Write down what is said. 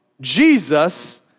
Jesus